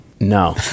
No